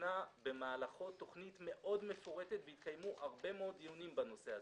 שהוכנה במהלכו תוכנית מפורטת מאוד והתקיימו הרבה מאוד דיונים בנושא הזה.